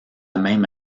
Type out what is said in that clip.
même